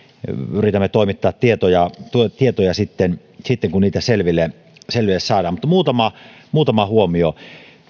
yritämme toimittaa tietoja tietoja sitten sitten kun niitä selville selville saadaan muutama muutama huomio